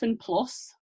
plus